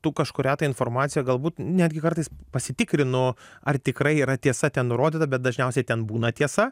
tu kažkurią tai informaciją galbūt netgi kartais pasitikrinu ar tikrai yra tiesa ten nurodyta bet dažniausiai ten būna tiesa